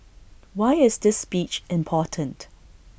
why is this speech important